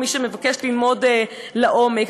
מי שמבקש ללמוד לעומק.